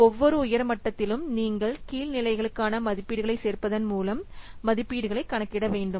ஒவ்வொரு உயர் மட்டத்திலும்நீங்கள் கீழ் நிலைகளுக்கான மதிப்பீடுகளைச் சேர்ப்பதன் மூலம் மதிப்பீடுகளைகணக்கிட வேண்டும்